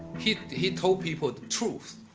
he, he told people truth